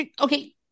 okay